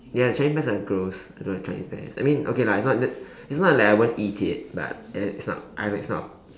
ya the Chinese pears are gross I don't like Chinese pears I mean okay lah it's not that it's not like I won't eat it but it's not I mean it's not